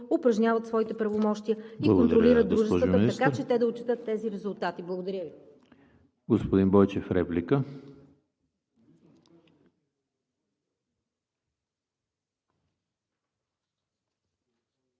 упражняват своите правомощия и контролират дружествата, така че да отчетат тези резултати. Благодаря Ви.